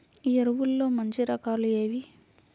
ఎరువుల్లో మంచి రకాలు ఏవి?